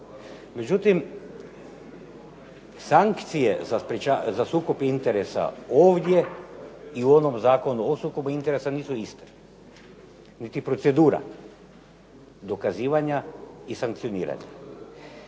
Međutim, sankcije za sukob interesa ovdje i u Zakonu o sukobu interesa nisu iste, niti procedura dokazivanja i sankcioniranja.